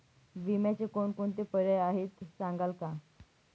विम्याचे कोणकोणते पर्याय आहेत सांगाल का?